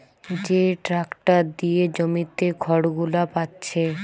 যে ট্যাক্টর দিয়ে জমিতে খড়গুলো পাচ্ছে